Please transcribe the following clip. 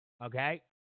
Okay